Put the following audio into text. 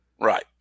Right